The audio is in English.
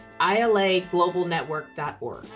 ilaglobalnetwork.org